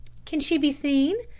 can she be seen?